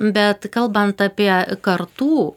bet kalbant apie kartų